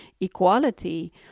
equality